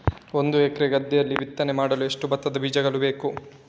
ಒಂದು ಎಕರೆ ಗದ್ದೆಯಲ್ಲಿ ಬಿತ್ತನೆ ಮಾಡಲು ಎಷ್ಟು ಭತ್ತದ ಬೀಜಗಳು ಬೇಕು?